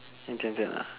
你讲这样啊